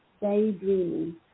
daydreaming